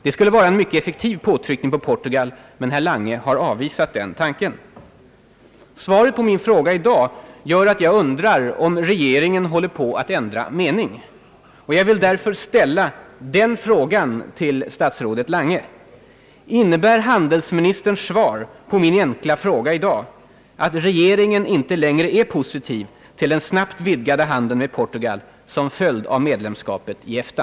Det skulle vara en mycket effektiv påtryckning på Portugal, men herr Lange har avvisat den tanken. Svaret på min fråga i dag gör att jag undrar om regeringen håller på att ändra mening. Jag vill därför ställa den frågan till statsrådet Lange: Innebär handelsministerns svar på min enkla fråga i dag, att regeringen inte längre är positiv till den snabbt vidgade handeln med Portugal som följd av medlemskapet i EFTA?